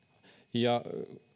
ja